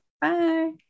Bye